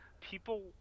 people